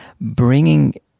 bringing